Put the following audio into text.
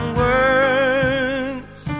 words